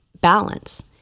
balance